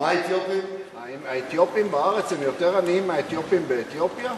האתיופים בארץ יותר עניים מהאתיופים באתיופיה?